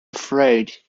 afraid